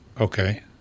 Okay